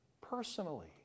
personally